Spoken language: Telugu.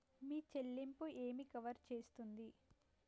మీ చెల్లింపు ఏమి కవర్ చేస్తుంది?